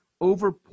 Over